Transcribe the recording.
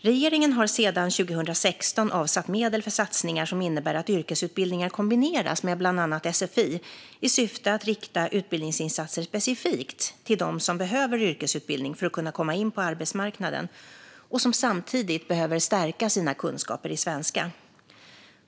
Regeringen har sedan 2016 avsatt medel för satsningar som innebär att yrkesutbildningar kombineras med bland annat sfi i syfte att rikta utbildningsinsatser specifikt till dem som behöver yrkesutbildning för att kunna komma in på arbetsmarknaden och som samtidigt behöver stärka sina kunskaper i svenska.